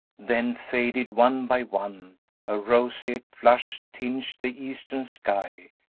then faded one by one a roseate flush tinged the eastern sky,